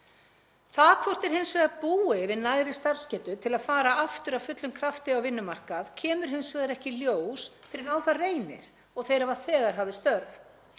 Það hvort þeir búi yfir nægri starfsgetu til að fara aftur af fullum krafti á vinnumarkað kemur hins vegar ekki í ljós fyrr en á það reynir og þeir hafa þegar hafið störf,